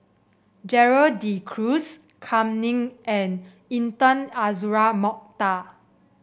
Gerald De Cruz Kam Ning and Intan Azura Mokhtar